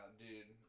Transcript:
dude